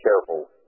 careful